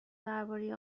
درباره